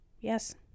Yes